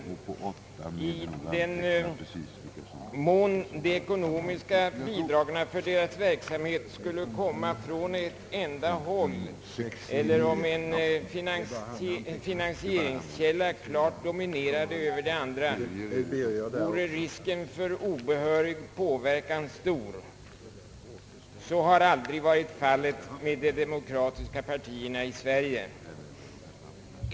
I den mån de ekonomiska bidragen för deras verksamhet skulle komma från ett enda håll eller om en finansieringskälla klart dominerade över de andra skulle detta vara fallet. Under sådana förhållanden vore risken för obehörig påverkan stor. Så har aldrig varit fallet med de demokratiska partierna i Sverige.